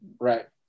Right